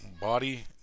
body